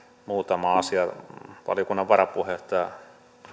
muutama asia valiokunnan varapuheenjohtaja